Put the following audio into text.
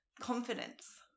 confidence